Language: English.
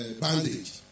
bandage